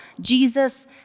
Jesus